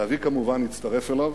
אבי כמובן הצטרף אליו,